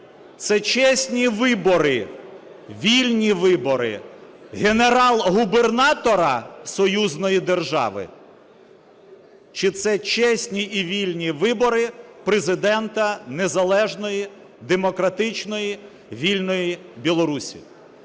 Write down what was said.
Це чесні вибори, вільні вибори генерал-губернатора союзної держави чи це чесні і вільні вибори Президента незалежної демократичної вільної Білорусі?